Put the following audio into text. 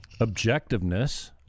objectiveness